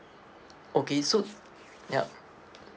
okay so yup